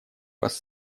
вас